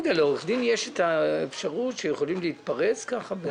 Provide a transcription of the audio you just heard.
לעורכי-דין יש אפשרות להתפרץ כך?